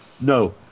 No